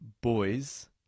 boys